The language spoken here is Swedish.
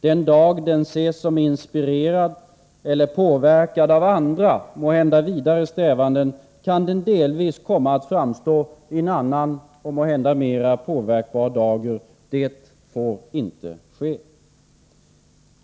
Den dag den ses som inspirerad eller påverkad av andra, måhända vidare strävanden, kan den delvis komma att framstå i en annan och måhända mera påverkbar dager. Det får inte ske.